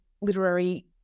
literary